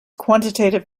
quantitative